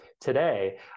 today